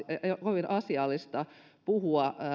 kovin asiallista puhua